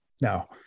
no